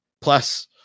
plus